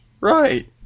Right